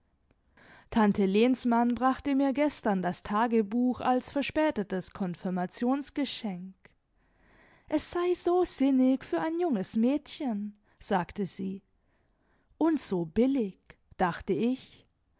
tante lehnsmann brachte mir gestern das tagebuch als verspätetes konfirmationsgeschenk s sei so sinnig für ein junges mädchen sagte sie und so billig dachte ich